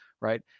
right